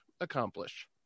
accomplish